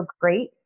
great